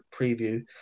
preview